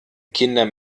kinder